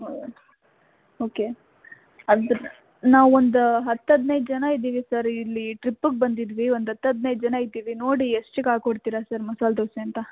okay ಅದು ನಾವೊಂದು ಒಂದು ಹತ್ತು ಹದಿನೈದು ಜನ ಇದ್ದೀವಿ ಸರ್ ಇಲ್ಲಿ ಟ್ರಿಪ್ಪಿಗೆ ಬಂದಿದ್ವಿ ಒಂದು ಹತ್ತು ಹದಿನೈದು ಜನ ಇದ್ದೀವಿ ನೋಡಿ ಎಷ್ಟಕ್ಕೆ ಹಾಕ್ಕೊಡ್ತೀರಾ ಮಸಾಲೆ ದೋಸೆ ಅಂತ